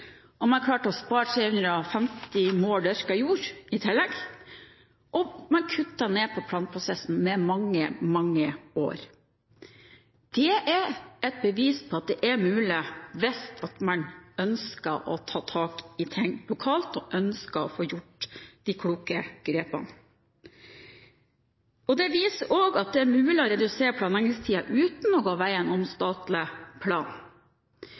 man klarte å spare 350 dekar dyrket jord i tillegg – og man kuttet ned på planprosessen med mange, mange år. Dette er et bevis på at det er mulig – hvis man ønsker å ta tak i ting lokalt og ønsker å få gjort de kloke grepene. Det viser også at det er mulig å redusere planleggingstiden uten å gå veien om statlig plan.